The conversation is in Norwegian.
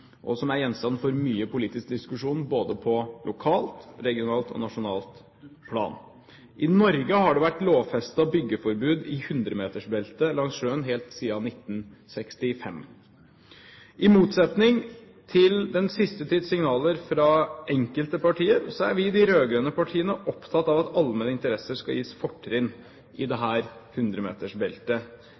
og som er gjenstand for mye politisk diskusjon både på lokalt, regionalt og nasjonalt plan. I Norge har det vært lovfestet byggeforbud i 100-metersbeltet langs sjøen helt siden 1965. I motsetning til den siste tids signaler fra enkelte partier er vi, de rød-grønne partiene, opptatt av at allmenne interesser skal gis fortrinn i dette 100-metersbeltet. Det